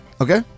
Okay